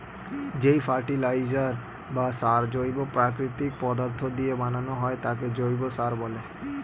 যেই ফার্টিলাইজার বা সার জৈব প্রাকৃতিক পদার্থ দিয়ে বানানো হয় তাকে জৈব সার বলে